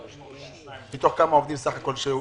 4,042. מתוך כמה עובדים בסך הכול?